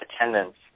attendance